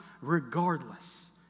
regardless